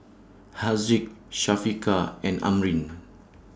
Haziq Syafiqah and Amrin